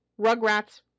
Rugrats